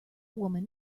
woman